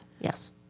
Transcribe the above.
Yes